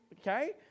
Okay